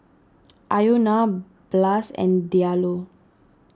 are you Ilona Blas and Diallo